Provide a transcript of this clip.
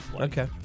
okay